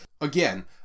Again